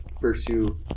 pursue